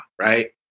right